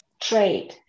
trade